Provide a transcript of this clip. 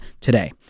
today